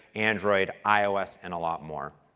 android, ios and a lot more.